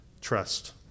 trust